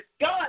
God